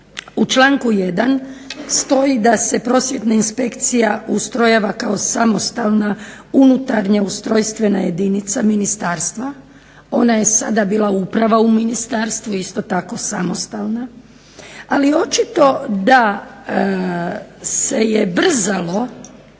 u članku 1. stoji da se Prosvjetna inspekcija ustrojava kao samostalna, unutarnja ustrojstvena jedinica ministarstva. Ona je sada bila uprava u ministarstvu isto tako samostalno, ali očito da se brzalo